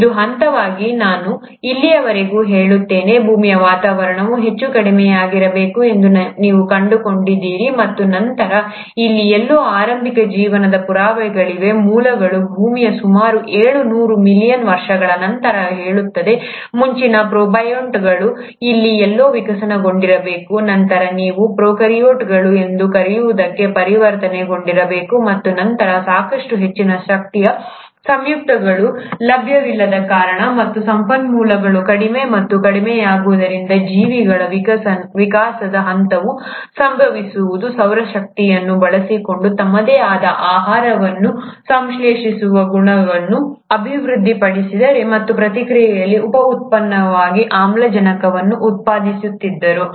ಇದು ಹಂತವಾಗಿತ್ತು ನಾನು ಇಲ್ಲಿಯವರೆಗೆ ಹೇಳುತ್ತೇನೆ ಭೂಮಿಯ ವಾತಾವರಣವು ಹೆಚ್ಚು ಕಡಿಮೆಯಾಗಿರಬೇಕು ಎಂದು ನೀವು ಕಂಡುಕೊಂಡಿದ್ದೀರಿ ಮತ್ತು ನಂತರ ಇಲ್ಲಿ ಎಲ್ಲೋ ಆರಂಭಿಕ ಜೀವನದ ಪುರಾವೆಗಳಿವೆ ಮೂಲಗಳು ಭೂಮಿಯ ಸುಮಾರು ಏಳು ನೂರು ಮಿಲಿಯನ್ ವರ್ಷಗಳ ನಂತರ ಹೇಳುತ್ತದೆ ಮುಂಚಿನ ಪ್ರೋಟೋಬಯಾಂಟ್ಗಳು ಇಲ್ಲಿ ಎಲ್ಲೋ ವಿಕಸನಗೊಂಡಿರಬೇಕು ನಂತರ ನೀವು ಪ್ರೊಕಾರ್ಯೋಟ್ಗಳು ಎಂದು ಕರೆಯುವದಕ್ಕೆ ಪರಿವರ್ತನೆಗೊಂಡಿರಬೇಕು ಮತ್ತು ನಂತರ ಸಾಕಷ್ಟು ಹೆಚ್ಚಿನ ಶಕ್ತಿಯ ಸಂಯುಕ್ತಗಳು ಲಭ್ಯವಿಲ್ಲದ ಕಾರಣ ಮತ್ತು ಸಂಪನ್ಮೂಲಗಳು ಕಡಿಮೆ ಮತ್ತು ಕಡಿಮೆಯಾಗುವುದರಿಂದ ಜೀವಿಗಳ ವಿಕಾಸದ ಹಂತವು ಸಂಭವಿಸಬಹುದು ಸೌರಶಕ್ತಿಯನ್ನು ಬಳಸಿಕೊಂಡು ತಮ್ಮದೇ ಆದ ಆಹಾರವನ್ನು ಸಂಶ್ಲೇಷಿಸುವ ಗುಣವನ್ನು ಅಭಿವೃದ್ಧಿಪಡಿಸಿದರು ಮತ್ತು ಪ್ರಕ್ರಿಯೆಯಲ್ಲಿ ಉಪ ಉತ್ಪನ್ನವಾಗಿ ಆಮ್ಲಜನಕವನ್ನು ಉತ್ಪಾದಿಸುತ್ತಿದ್ದರು